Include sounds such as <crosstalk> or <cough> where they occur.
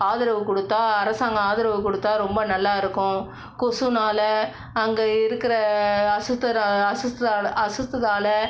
ஆதரவு கொடுத்தா அரசாங்கம் ஆதரவு கொடுத்தா ரொம்ப நல்லாயிருக்கும் கொசுவினால அங்கே இருக்கிற அசுத்த <unintelligible>